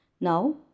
Now